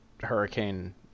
hurricane